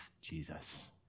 Jesus